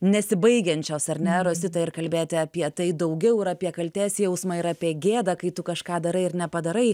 nesibaigiančios ar ne rosita ir kalbėti apie tai daugiau ir apie kaltės jausmą ir apie gėdą kai tu kažką darai ir nepadarai